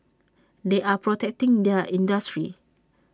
they are protecting their industry